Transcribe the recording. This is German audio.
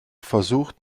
versucht